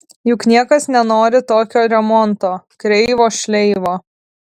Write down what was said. juk niekas nenori tokio remonto kreivo šleivo